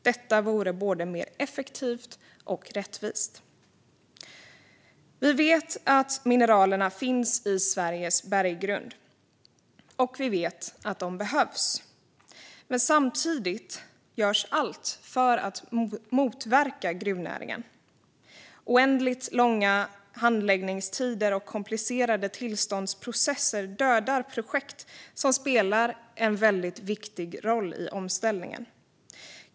Detta vore både mer effektivt och mer rättvist. Vi vet att mineralet finns i Sveriges berggrund, och vi vet att det behövs. Samtidigt görs allt för att motverka gruvnäringen. Oändligt långa handläggningstider och komplicerade tillståndsprocesser dödar projekt som spelar en viktig roll i omställningen.